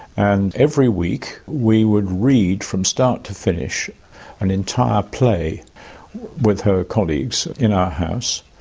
and every week we would read from start to finish an entire play with her colleagues in our house,